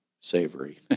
savory